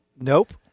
Nope